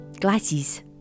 glasses